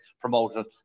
promoted